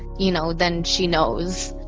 you know then she knows.